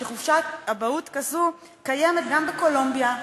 שחופשת אבהות כזאת קיימת גם בקולומביה,